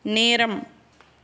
நேரம்